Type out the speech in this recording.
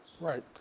Right